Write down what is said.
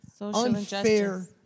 unfair